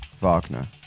Wagner